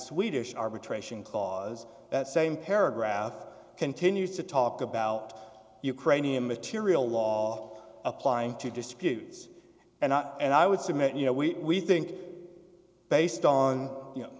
swedish arbitration clause that same paragraph continues to talk about ukrainian material law applying to disputes and not and i would submit you know we think based on you know